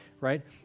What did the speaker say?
right